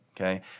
okay